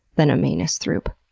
than a manus throop?